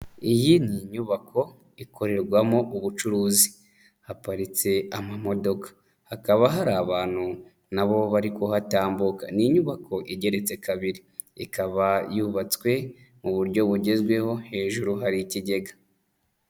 Iyi ni inyubako ikorerwamo ubucuruzi, haparitse amamodoka, hakaba hari abantu na bo bari kuhatambuka, ni inyubako igeretse kabiri, ikaba yubatswe mu buryo bugezweho, hejuru hari ikigega.